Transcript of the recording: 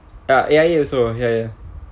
ah A_I_A also ya ya